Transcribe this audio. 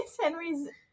henry's